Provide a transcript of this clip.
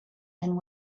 and